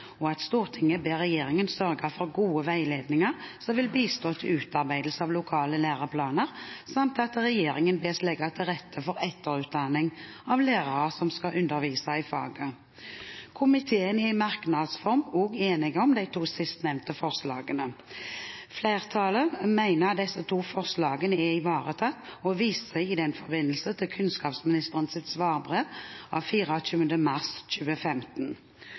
ungdomstrinnet, at Stortinget ber regjeringen sørge for gode veiledninger som vil bistå i utarbeidelse av lokale læreplaner, samt at regjeringen bes legge til rette for etterutdanning av lærere som skal undervise i faget. Komiteen er i merknads form også enig om de to sistnevnte forslagene. Flertallet mener at disse to forslagene er ivaretatt og viser i den forbindelse til kunnskapsministerens svarbrev av 24. mars 2015.